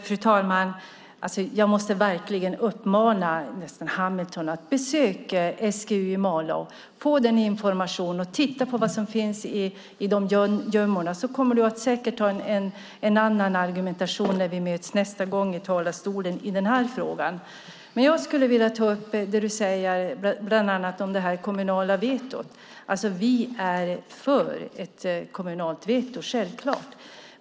Fru talman! Jag måste verkligen uppmana Carl B Hamilton att besöka SGU i Malå, få information och titta på vad som finns i gömmorna. Då kommer han säkert att ha en annan argumentation när vi möts nästa gång i talarstolen i den här frågan. Jag skulle vilja ta upp det Carl B Hamilton säger om det kommunala vetot. Vi är för ett kommunalt veto, självklart.